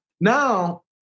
now